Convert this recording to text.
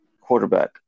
Quarterback